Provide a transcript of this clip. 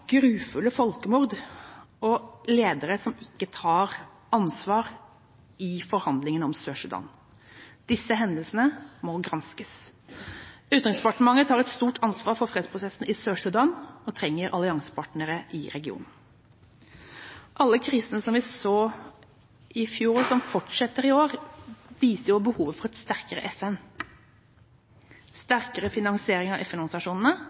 grufulle folkemord og ledere som ikke tar ansvar i forhandlingene om Sør-Sudan. Disse hendelsene må granskes. Utenriksdepartementet tar et stort ansvar for fredsprosessen i Sør-Sudan og trenger alliansepartnere i regionen. Alle krisene som vi så i fjor, og som fortsetter i år, viser behovet for et sterkere FN. Sterkere finansiering av